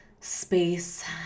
space